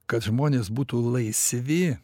kad žmonės būtų laisvi